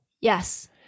Yes